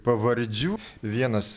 pavardžių vienas